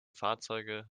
fahrzeuge